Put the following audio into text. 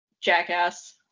jackass